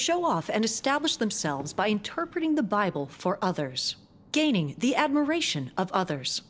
show off and establish themselves by interpret in the bible for others gaining the admiration of others